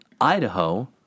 Idaho